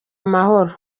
amahoro